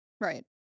Right